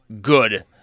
good